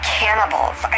cannibals